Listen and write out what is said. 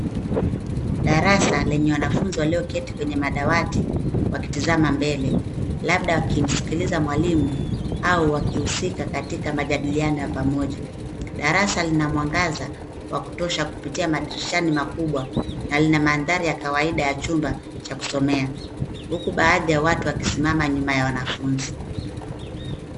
Darasa lenye wanafunzi walioketi kwenye madawati wakitazama mbele labda wakimsikiliza mwalimu au wakiusika katika majadiliano ya pamoja, darasa lina mwangaza wa kutosha kupitia madirishani makubwa na lina maandari ya kawaida jumba cha kusomea, huku baadhi ya watu wamesimama nyuma ya wanafunzi.